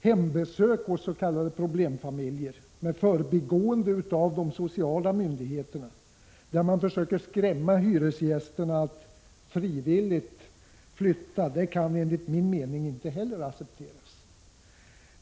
Hembesök hos s.k. problemfamiljer, med förbigående av sociala myndigheter, då man försöker skrämma hyresgästerna att ”frivilligt” flytta, kan enligt min mening inte heller accepteras.